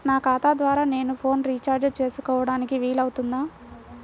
నా ఖాతా ద్వారా నేను ఫోన్ రీఛార్జ్ చేసుకోవడానికి వీలు అవుతుందా?